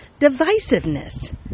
divisiveness